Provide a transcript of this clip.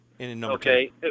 Okay